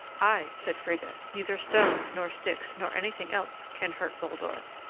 ay, said frigga, neither stones, nor sticks, nor anything else can hurt baldur,